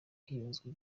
hibazwa